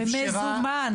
בממשלה הקודמת.